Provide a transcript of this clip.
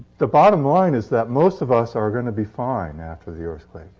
the bottom line is that most of us are going to be fine after the earthquake.